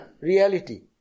reality